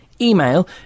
Email